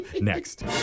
next